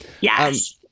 Yes